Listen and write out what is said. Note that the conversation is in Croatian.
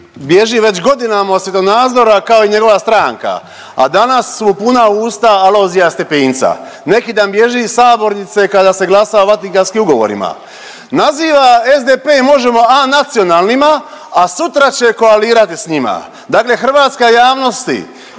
bježi već godinama od svjetonazora kao i njegova stranka, a danas su mu puna usta Alojzija Stepinca. Neki dan bježi iz sabornice kada se glasa o Vatikanskim ugovorima, naziva SDP i MOŽEMO anacionalnima, a sutra će koalirati sa njima. Dakle, hrvatska javnosti